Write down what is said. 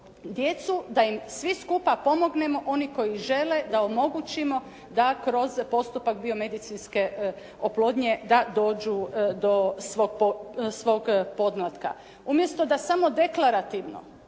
djecu da im svi skupa pomognemo oni koji žele da omogućimo da kroz postupak biomedicinske oplodnje da dođu do svog podmlatka. Umjesto da samo deklarativno